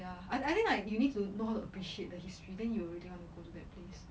ya I I think like you need to know to appreciate the history then you really want to go to that place